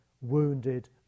wounded